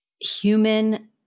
human